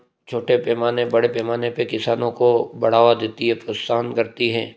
छोटे पैमाने बड़े पैमाने पर किसानों को बढ़ावा देती है प्रोत्साहन करती है